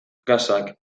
gasak